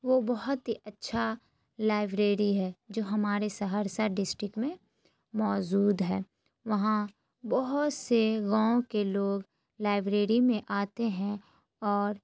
وہ بہت ہی اچھا لائبریری ہے جو ہمارے سہرسہ ڈسٹک میں موجود ہے وہاں بہت سے گاؤں کے لوگ لائبریری میں آتے ہیں اور